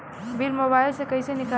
Bill mobile से कईसे निकाली?